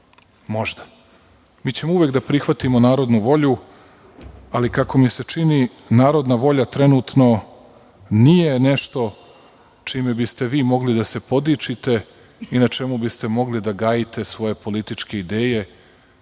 Možda. Mi ćemo uvek da prihvatimo narodnu volju, ali kako mi se čini narodna volja trenutno nije nešto čime biste vi mogli da se podičite i na čemu biste mogli da gajite svoje političke ideje